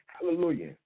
Hallelujah